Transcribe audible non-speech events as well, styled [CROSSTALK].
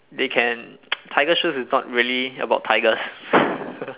they can [NOISE] tiger shows is not really about tigers